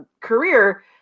career